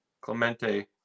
Clemente